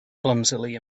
clumsily